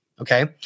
okay